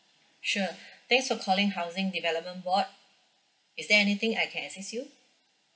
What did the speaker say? sure thanks for calling housing development board is there anything I can assist you